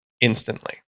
Instantly